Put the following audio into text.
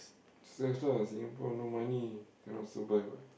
stress ah Singapore no money cannot survive what